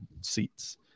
seats